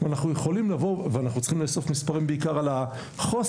אנחנו צריכים לאסוף מספרים בעיקר על החוסר,